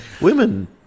Women